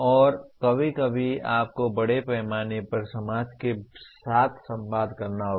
और कभी कभी आपको बड़े पैमाने पर समाज के साथ संवाद करना होगा